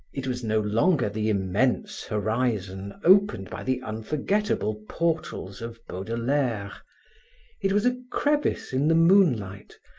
it was no longer the immense horizon opened by the unforgettable portals of baudelaire it was a crevice in the moonlight,